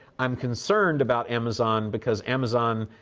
i'm concerned about amazon, because amazon